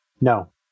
No